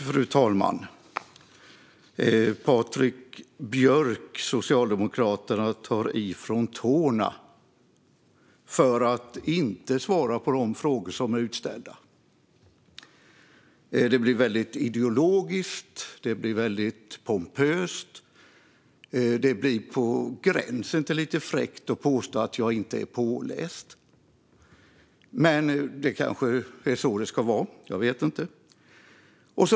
Fru talman! Patrik Björck från Socialdemokraterna tar i från tårna för att inte svara på de frågor som är ställda. Det blir väldigt ideologiskt och pompöst och på gränsen till lite fräckt när han påstår att jag inte är påläst. Men det kanske är så det ska vara - jag vet inte.